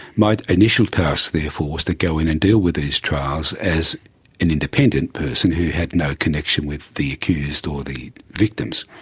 my initial task therefore was to go in and deal with these trials as an independent person who had no connection with the accused or the victims.